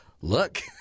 look